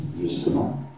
justement